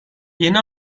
yeni